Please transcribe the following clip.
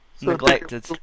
neglected